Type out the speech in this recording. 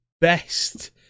best